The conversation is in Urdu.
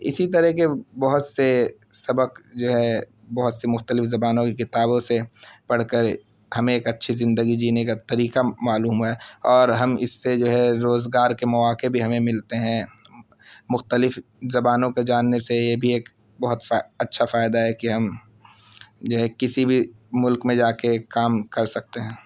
اسی طرح کے بہت سے سبق جو ہے بہت سے مختلف زبانوں کی کتابوں سے پڑھ کر ہمیں ایک اچّھی زندگی جینے کا طریقہ معلوم ہوا ہے اور ہم اس سے جو ہے روزگار کے مواقع بھی ہمیں ملتے ہیں مختلف زبانوں کے جاننے سے یہ بھی ایک بہت اچّھا فائدہ ہے کہ ہم جو ہے کسی بھی ملک میں جا کے کام کر سکتے ہیں